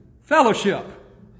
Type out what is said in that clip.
fellowship